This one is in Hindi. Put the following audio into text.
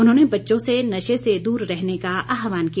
उन्होंने बच्चों से नशे से दूर रहने का आहवान किया